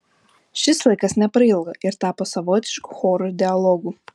šis laikas neprailgo ir tapo savotišku chorų dialogu